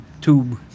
tube